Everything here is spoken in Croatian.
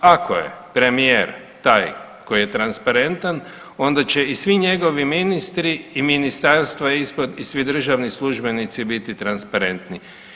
Ako je premijer taj koji je transparentan onda će i svi njegovi ministri i ministarstva i svi državni službenici biti transparentni.